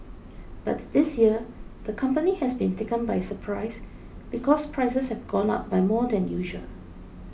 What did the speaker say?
but this year the company has been taken by surprise because prices have gone up by more than usual